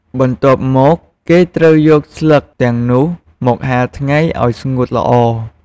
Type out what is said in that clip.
បន្ទាប់មក គេត្រូវយកស្លឹកទាំងនោះមក ហាលថ្ងៃ ឲ្យស្ងួតល្អ។